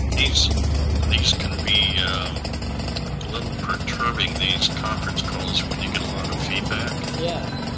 these these can be a little perturbing, these conference calls, when you get a lot of feedback. yeah.